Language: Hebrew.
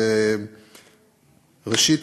ראשית,